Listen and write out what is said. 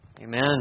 Amen